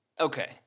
okay